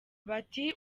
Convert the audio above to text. bati